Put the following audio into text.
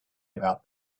about